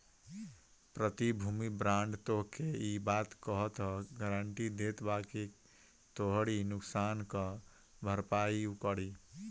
प्रतिभूति बांड तोहके इ बात कअ गारंटी देत बाकि तोहरी नुकसान कअ भरपाई उ करी